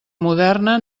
moderna